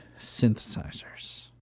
synthesizers